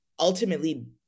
Ultimately